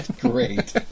great